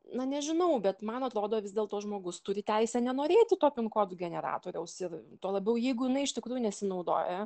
na nežinau bet man atrodo vis dėlto žmogus turi teisę nenorėti to pin kodų generatoriaus ir tuo labiau jeigu jinai iš tikrųjų nesinaudoja